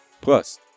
plus